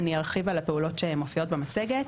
אני ארחיב על הפעולות שמופיעות במצגת: